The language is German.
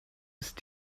ist